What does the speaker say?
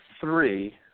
three